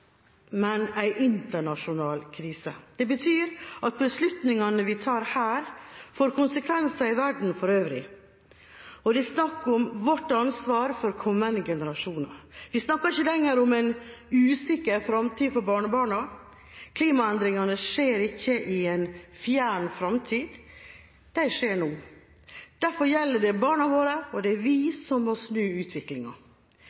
men en internasjonal krise. Det betyr at beslutningene vi tar her, får konsekvenser i verden for øvrig. Det er snakk om vårt ansvar for kommende generasjoner. Vi snakker ikke lenger om en usikker fremtid for barnebarna. Klimaendringene skjer ikke i en fjern fremtid – de skjer nå. Derfor gjelder det barna våre, og det er